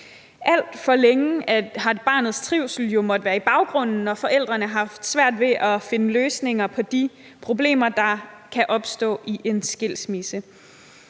Alt for længe har barnets trivsel jo stået i baggrunden, når forældrene har haft svært ved at finde løsninger på de problemer, der kan opstå i en skilsmisse.